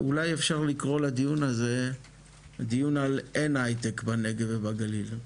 ואולי אפשר לקרוא לדיון הזה דיון על אין הייטק בנגב ובגליל.